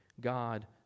God